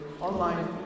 Online